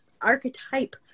archetype